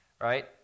right